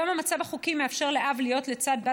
כיום המצב החוקי מאפשר לאב להיות לצד בת